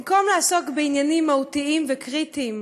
במקום לעסוק בעניינים מהותיים וקריטיים